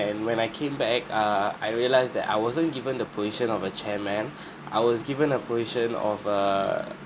and when I came back err I realized that I wasn't given the position of a chairman I was given a position of a